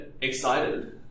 excited